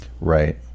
Right